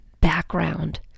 background